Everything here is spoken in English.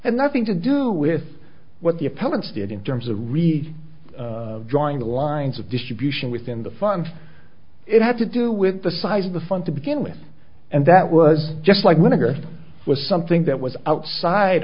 and nothing to do with what the appellant's did in terms of really drawing the lines of distribution within the fund it had to do with the size of the fund to begin with and that was just like when addressed was something that was outside